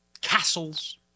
castles